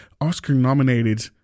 Oscar-nominated